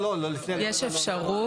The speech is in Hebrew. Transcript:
יש אפשרות.